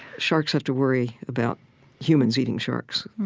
sharks have to worry about humans eating sharks.